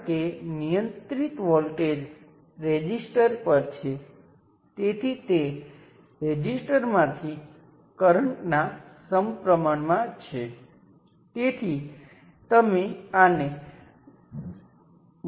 જો સર્કિટમાં ઘટક E સાથે વોલ્ટેજ V હોય તો ઘટક E ને V મૂલ્યના વોલ્ટેજ સ્ત્રોત દ્વારા બદલી શકાય છે